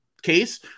Case